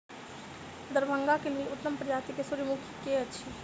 दरभंगा केँ लेल उत्तम प्रजाति केँ सूर्यमुखी केँ अछि?